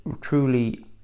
truly